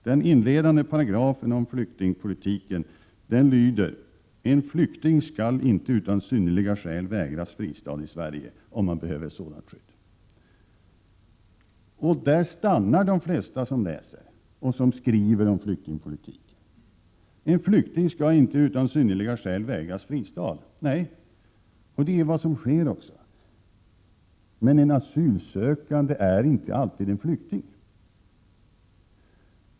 Den inledande paragrafen som gäller flyktingpolitiken lyder: en flykting skall inte utan synnerliga skäl vägras fristad i Sverige, om han behöver sådant skydd.” Där stannar de flesta som läser och skriver om flyktingpolitiken. ”En flykting skall inte utan synnerliga skäl vägras fristad ——-” står det. Detta är också vad som tillämpas. Men en asylsökande är inte alltid en flykting.